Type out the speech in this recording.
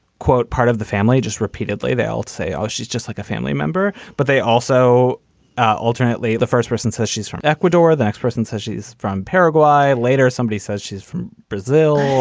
quote, part of the family. just repeatedly they'll say, oh, she's just like a family member. but they also alternately the first person says she's from ecuador. the x person says she's from paraguay. later, somebody says she's from brazil.